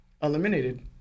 eliminated